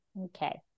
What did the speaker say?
Okay